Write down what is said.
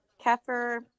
kefir